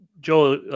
Joel